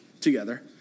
together